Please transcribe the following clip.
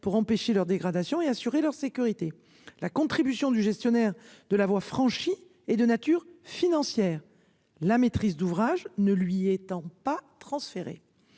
pour empêcher leur dégradation et assurer leur sécurité. La contribution du gestionnaire de la voix franchi et de nature financière. La maîtrise d'ouvrage ne lui étant pas transférer